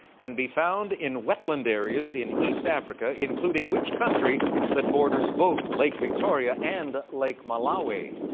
can be found in wetland areas in east africa, including which country that borders both lake victoria and lake malawi?